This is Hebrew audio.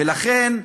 ולכן,